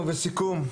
וסיכום: